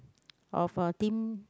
of a team